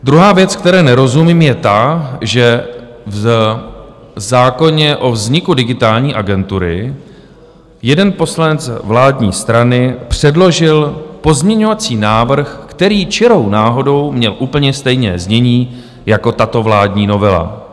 Druhá věc, které nerozumím, je ta, že v zákoně o vzniku Digitální agentury jeden poslanec vládní strany předložil pozměňovací návrh, který čirou náhodou měl úplně stejné znění jako tato vládní novela.